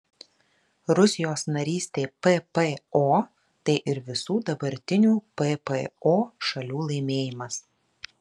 rusijos narystė ppo tai ir visų dabartinių ppo šalių laimėjimas